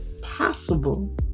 possible